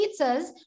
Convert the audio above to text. pizzas